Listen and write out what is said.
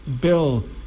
Bill